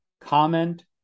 comment